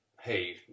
hey